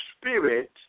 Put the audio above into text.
spirit